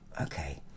okay